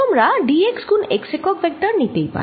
তোমরা dx গুণ x একক ভেক্টর নিতেই পারো